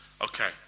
Okay